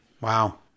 Wow